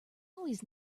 always